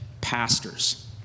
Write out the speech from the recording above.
pastors